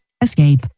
escape